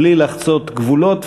שמתנהלים בלי לחצות גבולות,